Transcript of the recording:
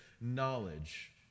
knowledge